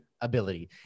ability